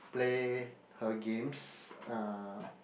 play her games uh